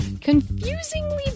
confusingly